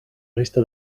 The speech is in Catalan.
resta